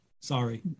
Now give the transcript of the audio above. sorry